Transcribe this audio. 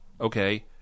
okay